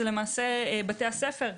זה בתי הספר,